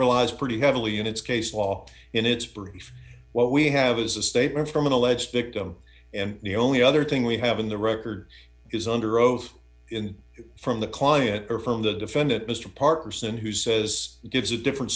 relies pretty heavily in its case law in its brief what we have is a statement from an alleged victim and the only other thing we have in the record is under oath in from the client or from the defendant mr parkinson who says gives a different